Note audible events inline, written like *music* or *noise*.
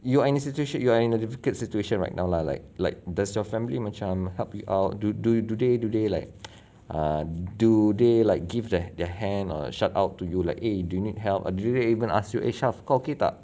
you are in a situation you are in a difficult situation right now lah like like does your family macam help you out do do do they do they like *noise* err do they like give their their hand or shout out to you like eh do need help do they even ask you eh syaf kau okay tak